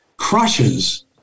crushes